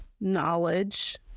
knowledge